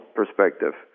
perspective